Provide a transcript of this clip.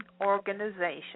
organization